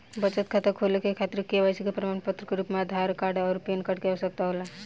बचत खाता खोले के खातिर केवाइसी के प्रमाण के रूप में आधार आउर पैन कार्ड के आवश्यकता होला